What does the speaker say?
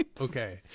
Okay